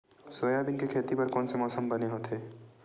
Soybean के खेती बर कोन से मौसम बने होथे?